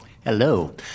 Hello